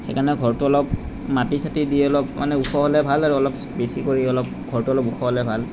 সেইকাৰণে ঘৰটো অলপ মাটি চাটি দি আৰু মানে অলপ ওখ হ'লে ভাল আৰু অলপ বেছি কৰি অলপ ঘৰটো অলপ ওখ হ'লে ভাল